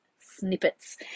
snippets